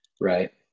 Right